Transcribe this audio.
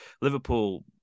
Liverpool